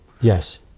Yes